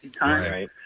Right